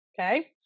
okay